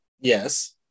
Yes